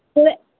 پھر